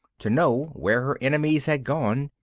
to know where her enemies had gone.